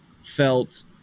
felt